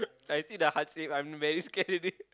I see the heartshape I'm very scared already